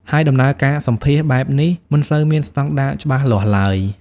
ហើយដំណើរការសម្ភាសន៍បែបនេះមិនសូវមានស្តង់ដារច្បាស់លាស់ឡើយ។